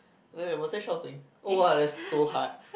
no was I shouting oh !wah! that's so hard